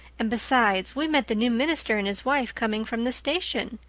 and besides, we met the new minister and his wife coming from the station.